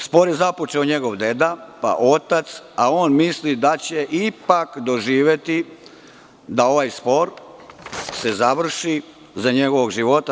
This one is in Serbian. Spor je započeo njegov deda, pa otac, a on misli da će ipak doživeti da se ovaj spor završi za njegovog života.